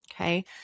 Okay